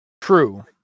True